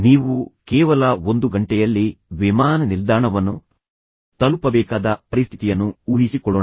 ನೀವು ಕೇವಲ ಒಂದು ಗಂಟೆಯಲ್ಲಿ ವಿಮಾನ ನಿಲ್ದಾಣವನ್ನು ತಲುಪಬೇಕಾದ ಪರಿಸ್ಥಿತಿಯನ್ನು ಊಹಿಸಿಕೊಳ್ಳೋಣ